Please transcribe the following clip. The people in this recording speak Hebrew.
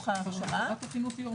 שנה.